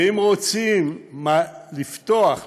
ואם רוצים לפתוח,